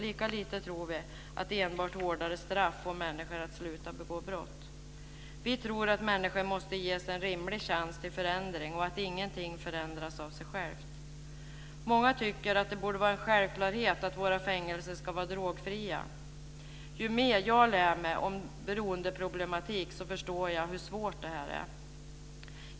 Lika lite tror vi att enbart hårdare straff får människor att sluta begå brott. Vi tror att människor måste ges en rimlig chans till förändring och att ingenting förändras av sig själv. Många tycker att det borde vara en självklarhet att våra fängelser ska vara drogfria. Ju mer jag lär mig om beroendeproblematik förstår jag hur svårt det här är.